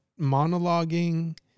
monologuing